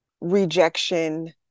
rejection